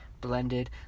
Blended